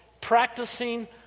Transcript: Practicing